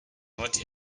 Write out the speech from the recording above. not